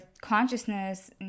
consciousness